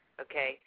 okay